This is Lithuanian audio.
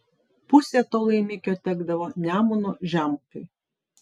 pusė to laimikio tekdavo nemuno žemupiui